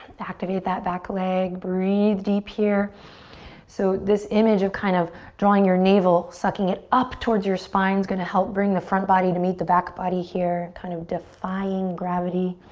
activate that back leg breathe deep here so this image of kind of drawing your navel? sucking it up towards your spine is going to help bring the front body to meet the back body here kind of defying gravity